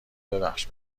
ببخش